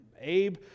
Abe